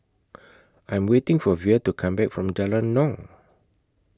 I'm waiting For Vere to Come Back from Jalan Naung